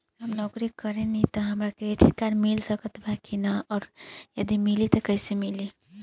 हम नौकरी करेनी त का हमरा क्रेडिट कार्ड मिल सकत बा की न और यदि मिली त कैसे मिली?